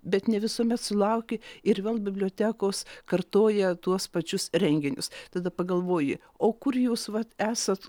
bet ne visuomet sulauki ir vėl bibliotekos kartoja tuos pačius renginius tada pagalvoji o kur jūs vat esat